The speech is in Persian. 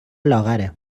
لاغره